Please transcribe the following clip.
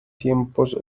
tiempos